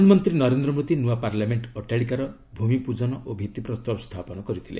ପ୍ରଧାନମନ୍ତ୍ରୀ ନରେନ୍ଦ୍ର ମୋଦି ନୂଆ ପାର୍ଲ୍ୟାମେଣ୍ଟ ଅଟ୍ଟାଳିକାର ଭୂମିପୂଜନ ଓ ଭିଭିପ୍ରସ୍ତର ସ୍ଥାପନ କରିଥିଲେ